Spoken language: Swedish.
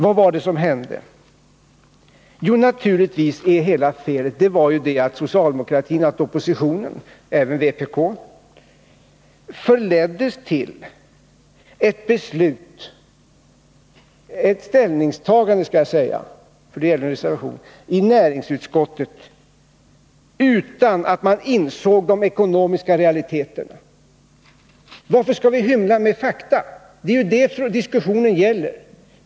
Hela felet är naturligtvis att oppositionen — både socialdemokratin och vpk — förleddes till ett ställningstagande i näringsutskottet som innebar att man inte insåg de ekonomiska realiteterna. Varför skall vi hymla med fakta? Det är ju detta som diskussionen gäller!